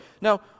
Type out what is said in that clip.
Now